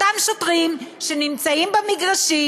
אותם שוטרים שנמצאים במגרשים,